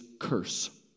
curse